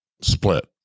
split